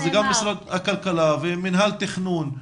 זה גם משרד הכלכלה ומנהל התכנון.